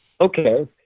Okay